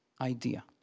idea